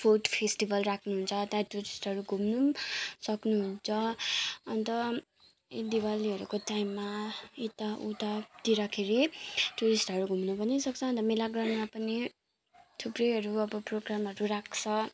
food festival राख्नु हुन्छ त्यहाँ टुरिस्टहरू घुम्नु पनि सक्नुहुन्छ अन्त दिवालीहरूको टाइममा यताउतातिरखेरि टुरिस्टहरू घुम्नु पनि सक्छ अन्त मेला ग्राउन्डमा पनि थुप्रैहरू अब प्रोग्रामहरू राख्छ